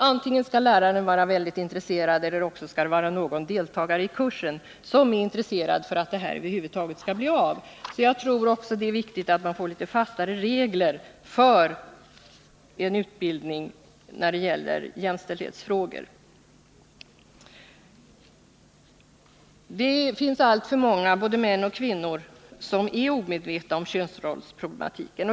Antingen skall läraren vara väldigt intresserad eller också skall någon deltagare i kursen vara intresserad, om en sådan här utbildning över huvud taget skall bli av. Mot den bakgrunden tror jag också att det är viktigt att man får litet fastare regler för utbildningen i jämställdhetsfrågor. Alltför många, både män och kvinnor, är omedvetna om könsrollsproblematiken.